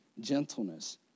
gentleness